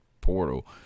portal